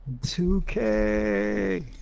2k